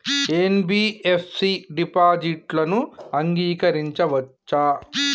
NBFC డిపాజిట్లను అంగీకరించవచ్చా?